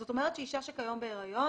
זאת אומרת, אישה שכיום בהריון